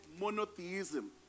monotheism